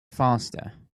faster